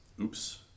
Oops